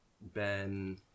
Ben